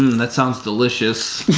that sounds delicious